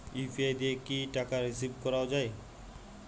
UPI দিয়ে কি টাকা রিসিভ করাও য়ায়?